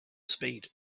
speed